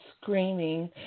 screaming